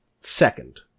second